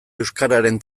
euskararen